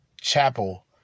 Chapel